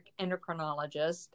endocrinologist